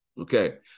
Okay